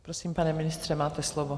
Prosím, pane ministře, máte slovo.